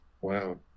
wow